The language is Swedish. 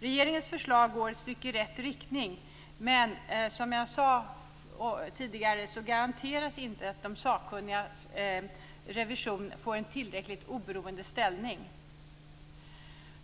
Regeringens förslag går ett stycke i rätt riktning, men det garanteras inte att de sakkunnigas revision får en tillräckligt oberoende ställning.